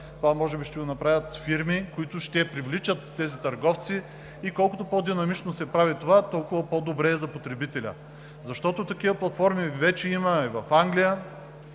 това ще го направят фирми, които ще привличат тези търговци. Колкото по-динамично се прави това, толкова по-добре е за потребителя. Такива платформи вече има в Англия,